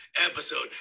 episode